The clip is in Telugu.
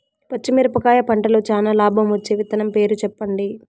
పచ్చిమిరపకాయ పంటలో చానా లాభం వచ్చే విత్తనం పేరు చెప్పండి?